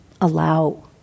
allow